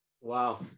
Wow